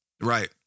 Right